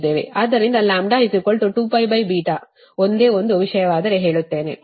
ಆದ್ದರಿಂದ λ 2π ಒಂದೇ ಒಂದು ವಿಷಯವಾದರೆ ಹೇಳುತ್ತೇನೆ